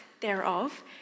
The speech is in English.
thereof